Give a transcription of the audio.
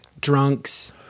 drunks